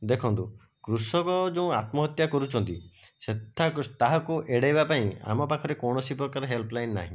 ଦେଖନ୍ତୁ କୃଷକ ଯେଉଁ ଆତ୍ମହତ୍ୟା କରୁଛନ୍ତି ସେଥା ତାହାକୁ ଏଡ଼ାଇବା ପାଇଁ ଆମ ପାଖରେ କୌଣସି ପ୍ରକାର ହେଲ୍ପ ଲାଇନ୍ ନାହିଁ